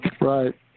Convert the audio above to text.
right